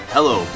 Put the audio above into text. Hello